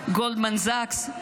Goldman Sachs,